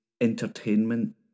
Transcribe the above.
entertainment